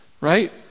right